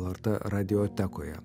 lrt radiotekoje